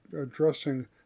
addressing